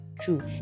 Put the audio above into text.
true